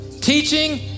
teaching